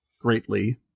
greatly